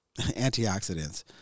antioxidants